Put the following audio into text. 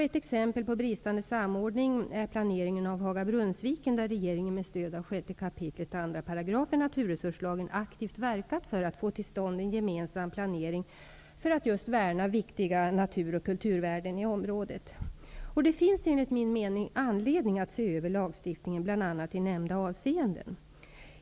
Ett exempel på bristande samordning är planeringen av Haga-Brunnsviken, där regeringen med stöd av 6 kap.2 § naturresurslagen aktivt verkat för att få till stånd en gemensam planering för att värna viktiga natur och kulturvärden i området. Det finns enligt min mening anledning att se över lagstiftningen bl.a. i nämnda avseenden.